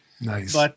Nice